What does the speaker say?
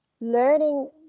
learning